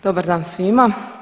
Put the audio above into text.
Dobar dan svima.